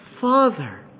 Father